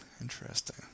Interesting